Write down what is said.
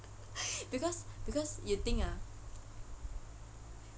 because because you think ah